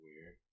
weird